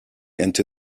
into